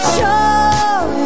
Show